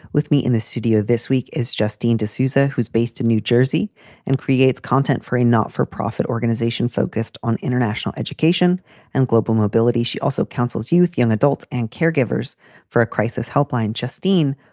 with me in the studio this week is justine d'souza, who is based in new jersey and creates content for a not for profit organization focused on international education and global mobility. she also counsels youth, young adults and caregivers for a crisis helpline. justine,